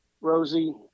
Rosie